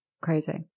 crazy